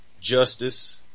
justice